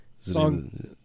Song